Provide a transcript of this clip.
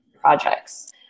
projects